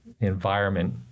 environment